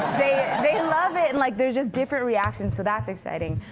they love it. and like there's just different reactions, so that's exciting.